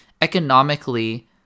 economically